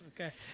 Okay